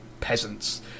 peasants